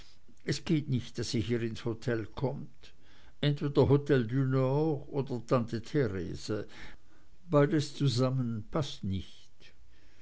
es geht nicht daß sie hier ins hotel kommt entweder hotel du nord oder tante therese beides zusammen paßt nicht